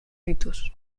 ritus